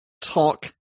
talk